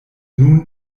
nun